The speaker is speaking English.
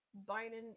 Biden